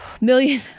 Million